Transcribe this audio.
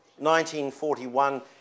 1941